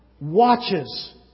watches